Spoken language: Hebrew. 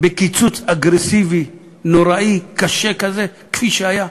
בקיצוץ אגרסיבי נוראי, קשה כזה כפי שהיה?